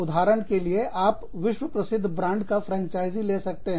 उदाहरण के लिए आप विश्व प्रसिद्ध ब्रांड का फ्रेंचाइजी ले सकते हैं